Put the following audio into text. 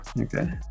okay